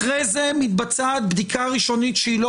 אחרי זה מתבצעת בדיקה ראשונית שהיא לא